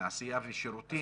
התעשייה והשירותים.